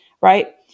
right